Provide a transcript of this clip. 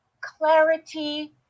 clarity